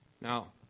Now